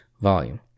volume